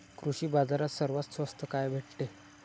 कृषी बाजारात सर्वात स्वस्त काय भेटते?